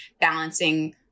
balancing